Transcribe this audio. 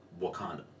Wakanda